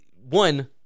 one